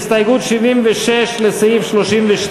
הסתייגות 76 לסעיף 32,